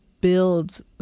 build